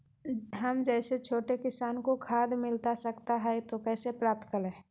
हम जैसे छोटे किसान को खाद मिलता सकता है तो कैसे प्राप्त करें?